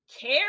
care